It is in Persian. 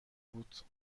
بود